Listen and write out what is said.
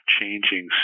changing